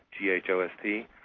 G-H-O-S-T